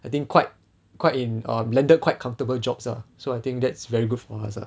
I think quite quite in um landed quite comfortable jobs ah so I think that's very good for us lah